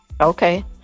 Okay